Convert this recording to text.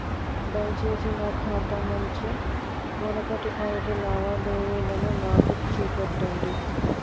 దయచేసి నా ఖాతా నుంచి మునుపటి ఐదు లావాదేవీలను నాకు చూపెట్టండి